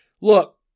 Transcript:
look